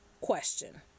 question